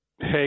Hey